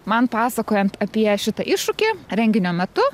man pasakojant apie šitą iššūkį renginio metu